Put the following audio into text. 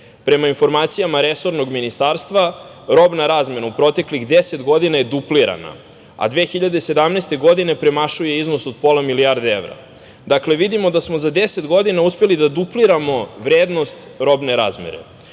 Prema informacijama resornog ministarstva, robna razmena u proteklih 10 godina je duplirana, a 2017. godine premašuje iznos od pola milijarde evra. Dakle, vidimo da smo za 10 godina uspeli da dupliramo vrednost robne razmene. Ukoliko